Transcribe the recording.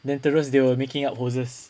then terus they were making up hoses